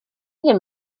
ddim